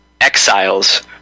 exiles